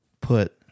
put